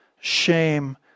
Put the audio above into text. shame